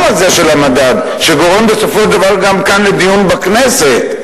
הזה של המדד גורם בסופו של דבר גם לדיון כאן בכנסת,